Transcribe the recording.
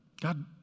God